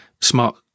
smart